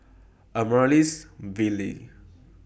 Amaryllis Ville